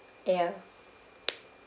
ya